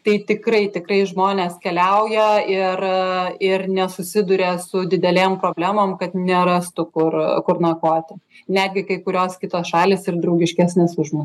tai tikrai tikrai žmonės keliauja ir ir nesusiduria su didelėm problemom kad nerastų kur kur nakvoti netgi kai kurios kitos šalys ir draugiškesnės už mus